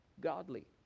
godly